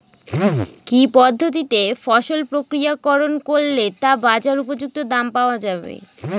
কি পদ্ধতিতে ফসল প্রক্রিয়াকরণ করলে তা বাজার উপযুক্ত দাম পাওয়া যাবে?